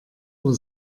uhr